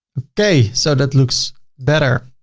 okay. so that looks better.